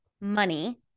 money